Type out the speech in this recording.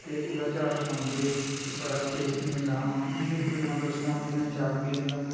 ते ओह्दा चा'र पांदे हे बड़ा टेस्टी होंदा हून मतलब सोआंजनैं दा चा'र बी ऐनी